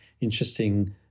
interesting